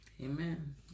Amen